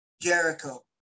Jericho